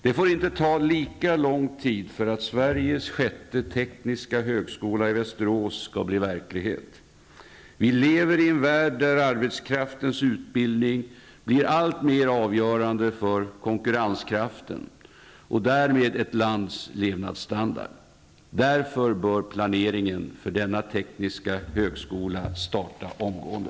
Det får inte ta lika lång tid för att Sveriges sjätte tekniska högskola i Västerås skall bli verklighet. Vi lever i en värld där arbetskraftens utbildning blir alltmer avgörande för konkurrenskraften och därmed för ett lands levnadsstandard. Därför bör planeringen för denna tekniska högskola starta omgående.